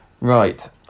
Right